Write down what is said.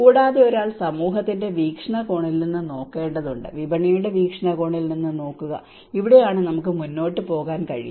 കൂടാതെ ഒരാൾ സമൂഹത്തിന്റെ വീക്ഷണകോണിൽ നിന്ന് നോക്കേണ്ടതുണ്ട് വിപണിയുടെ വീക്ഷണകോണിൽ നിന്ന് നോക്കുക ഇങ്ങനെയാണ് നമുക്ക് മുന്നോട്ട് പോകാൻ കഴിയുക